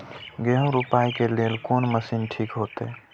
गेहूं रोपाई के लेल कोन मशीन ठीक होते?